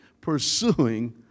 pursuing